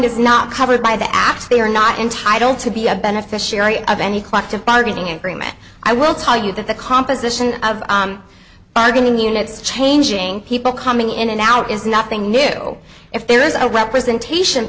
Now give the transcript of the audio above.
is not covered by the apps they are not entitled to be a beneficiary of any collective bargaining agreement i will tell you that the composition of bargaining units changing people coming in and out is nothing new if there is a representation